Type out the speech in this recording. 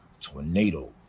tornado